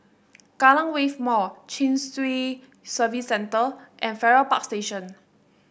Kallang Wave Mall Chin Swee Service Centre and Farrer Park Station